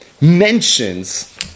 mentions